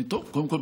קודם כול,